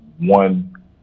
one